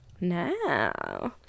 now